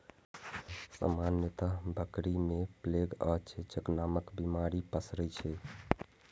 सामान्यतः बकरी मे प्लेग आ चेचक नामक बीमारी पसरै छै